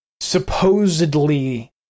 supposedly